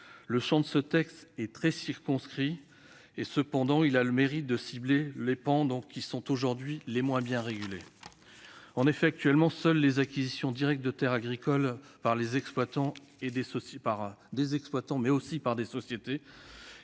Le champ de ce texte est certes très circonscrit ; il a toutefois le mérite de cibler les pans qui sont aujourd'hui les moins bien régulés. En effet, actuellement, seule l'acquisition directe de terres agricoles par des exploitants ou des sociétés